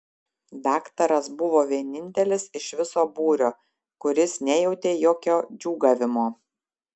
daktaras buvo vienintelis iš viso būrio kuris nejautė jokio džiūgavimo